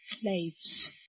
slaves